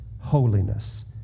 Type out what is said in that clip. holiness